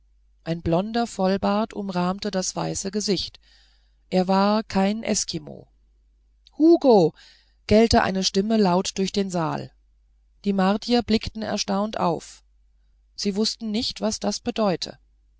ein blonder vollbart umrahmte das weiße gesicht er war kein eskimo hugo gellte eine stimme laut durch den saal die martier blickten erstaunt auf sie wußten nicht was das bedeute